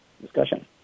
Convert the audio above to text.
discussion